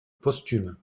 posthume